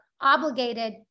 obligated